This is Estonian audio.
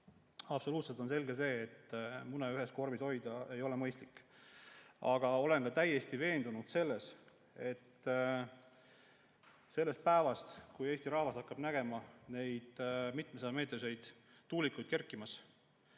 Absoluutselt selge on see, et mune ühes korvis hoida ei ole mõistlik. Aga olen ka täiesti veendunud selles, et sellest päevast, kui Eesti rahvas hakkab nägema mitmesajameetriseid tuulikuid kerkimas,